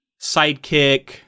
sidekick